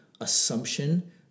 assumption